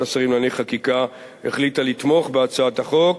השרים לענייני חקיקה החליטה לתמוך בהצעת החוק,